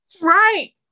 right